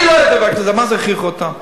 אני לא יודע דבר כזה, מה זה הכריחו אותם?